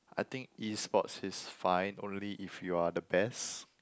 I think E-sports is fine only if you are the best